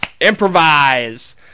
Improvise